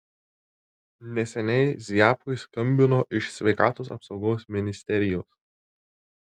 neseniai ziabkui skambino iš sveikatos apsaugos ministerijos